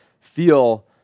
feel